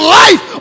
life